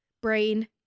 brain